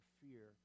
fear